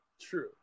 True